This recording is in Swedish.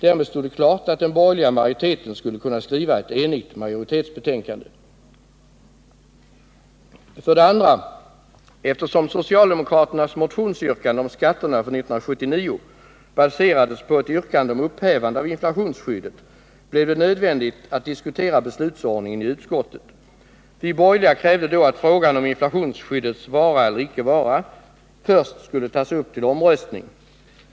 Därmed stod det klart att den borgerliga majoriteten skulle kunna skriva ett enigt majoritetsbetänkande. Ä 129 2. Eftersom socialdemokraternas motionsyrkande om skatterna för 1979 baserades på ett yrkande om upphävande av inflationsskyddet blev det nödvändigt att diskutera beslutsordningen i utskottet. Vi borgerliga krävde då att frågan om inflationsskyddets vara eller icke vara först skulle tas upp till omröstning.